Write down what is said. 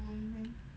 mm